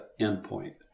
endpoint